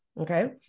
Okay